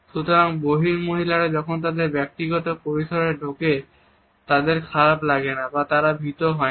সুতরাং বহি মহিলারা যখন তাদের ব্যক্তিগত পরিসরে ঢোকে তাদের খারাপ লাগে না বা তারা ভীত হয়না